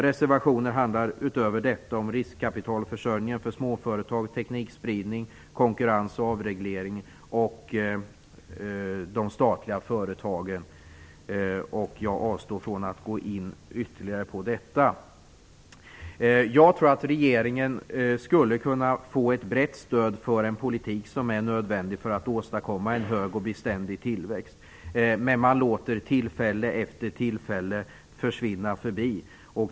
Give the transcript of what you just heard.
Reservationen handlar utöver detta om riskkapitalförsörjningen för småföretag, teknikspridning, konkurrens, avreglering och de statliga företagen. Jag avstår från att gå in ytterligare på detta. Jag tror att regeringen skulle kunna få ett brett stöd för en politik som är nödvändig för att åstadkomma en hög och beständig tillväxt, men man låter tillfälle efter tillfälle försvinna.